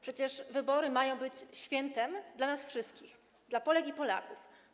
Przecież wybory mają być świętem dla nas wszystkich, dla Polek i Polaków.